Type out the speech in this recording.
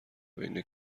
بین